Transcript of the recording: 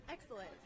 Excellent